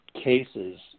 cases